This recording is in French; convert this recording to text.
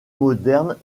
modernes